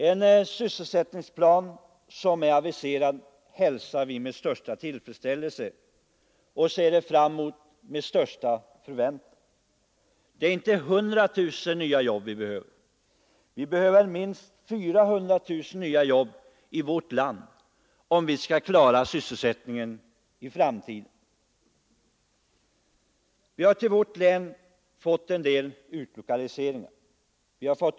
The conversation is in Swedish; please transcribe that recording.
En sysselsättningsplan har aviserats, och det hälsar vi med största tillfredsställelse och förväntan. Det är inte 100 000 nya jobb vi behöver, vi behöver minst 400 000 nya jobb i vårt land, om vi skall klara sysselsättningen i framtiden. Till vårt län har vi fått vissa statliga utlokaliseringar.